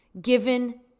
given